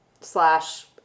slash